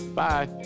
bye